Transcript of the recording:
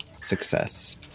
success